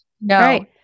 No